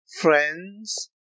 friends